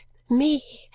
me,